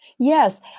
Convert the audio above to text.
Yes